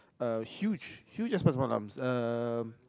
a huge huge ass pasar malams um